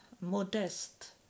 modest